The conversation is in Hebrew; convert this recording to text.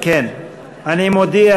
אני מודיע